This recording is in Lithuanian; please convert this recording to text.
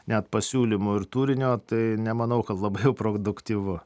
net pasiūlymų ir turinio tai nemanau kad labai jau produktyvu